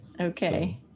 Okay